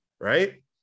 Right